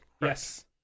Yes